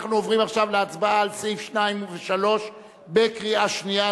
אנחנו עוברים עכשיו להצבעה על סעיפים 2 ו-3 בקריאה שנייה.